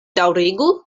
daŭrigu